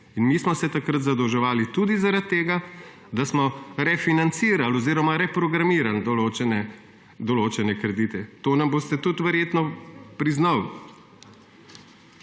Mi smo se takrat zadolževali tudi zaradi tega, da smo refinancirali oziroma reprogramirali določene kredite. To nam boste tudi verjetno priznali.